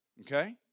okay